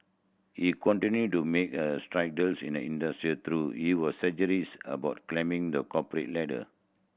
he continued to make a stride in the industry through he was about climbing the corporate ladder